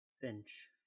Finch